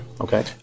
Okay